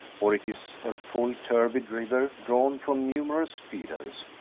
or it is a full turbid river drawn from numerous feeders,